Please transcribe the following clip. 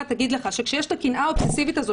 תגיד לך שכשיש את הקנאה האובססיבית הזאת,